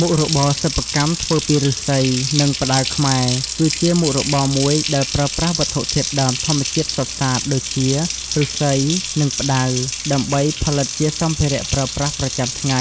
មុខរបរសិប្បកម្មធ្វើពីឫស្សី និងផ្តៅខ្មែរ គឺជាមុខរបរមួយដែលប្រើប្រាស់វត្ថុធាតុដើមធម្មជាតិសុទ្ធសាធ ដូចជា ឫស្សី និងផ្តៅ ដើម្បីផលិតជាសម្ភារៈប្រើប្រាស់ប្រចាំថ្ងៃ